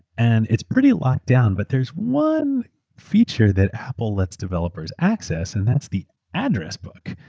and it's pretty locked down, but there's one feature that apple let's developers access and that's the address book,